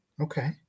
okay